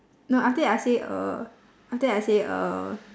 no after that I say uh after that I say uh